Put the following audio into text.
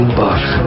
bucks